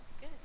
Good